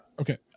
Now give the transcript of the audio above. Okay